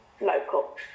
local